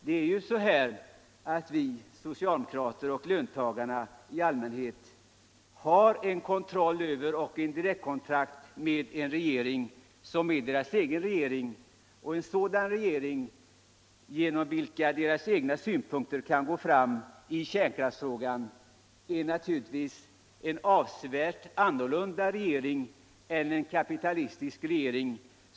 Det förhåller sig ju så att vi socialdemokrater och löntagare har haft kontroll över och direktkontakt med en regering som varit vår ogen. Fn sådan regering, genom vilken de egna synpunkterna i kärnkraftisfrågan kunde föras fram, är naturligtvis avsevärt annorlunda än en kaupitalistisk regering.